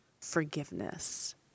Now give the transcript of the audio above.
Forgiveness